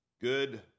Good